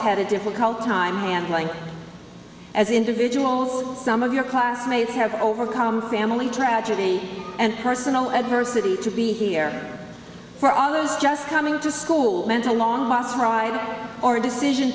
had a difficult time handling as individuals some of your classmates have overcome family tragedy and personal adversity to be here for all those just coming to school went along bus ride or decision